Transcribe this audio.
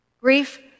Grief